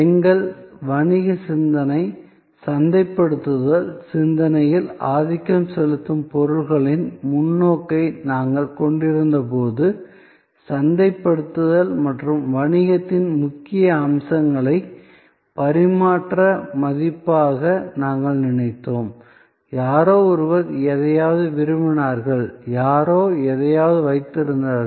எங்கள் வணிக சிந்தனை சந்தைப்படுத்தல் சிந்தனையில் ஆதிக்கம் செலுத்தும் பொருட்களின் முன்னோக்கை நாங்கள் கொண்டிருந்தபோது சந்தைப்படுத்தல் மற்றும் வணிகத்தின் முக்கிய அம்சங்களை பரிமாற்ற மதிப்பாக நாங்கள் நினைத்தோம் யாரோ ஒருவர் எதையாவது விரும்பினார்கள் யாரோ எதையாவது வைத்திருந்தார்கள்